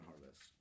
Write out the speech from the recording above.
harvest